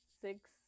six